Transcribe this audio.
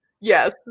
Yes